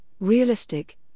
Realistic